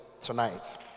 tonight